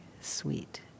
sweet